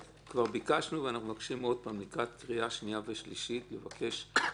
כבר ביקשנו ואני מבקשים שוב לקראת קריאה שנייה ושלישית נבקש ממי